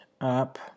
up